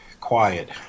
quiet